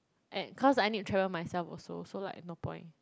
and cause I need to travel myself also so like no point